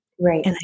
Right